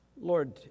Lord